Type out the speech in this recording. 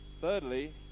thirdly